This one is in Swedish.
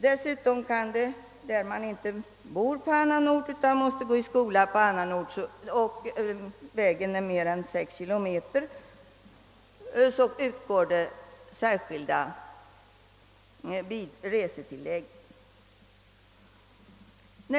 Dessutom kan den som bor hemma medan skolan är belägen på annan ort samt för vilken avståndet till hemmet är mer än sex kilometer få ett särskilt resetillägg.